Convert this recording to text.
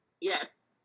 Yes